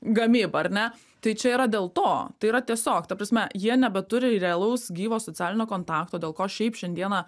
gamybą ar ne tai čia yra dėl to tai yra tiesiog ta prasme jie nebeturi realaus gyvo socialinio kontakto dėl ko šiaip šiandieną